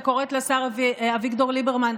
וקוראת לשר אביגדור ליברמן,